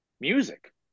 music